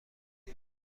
بود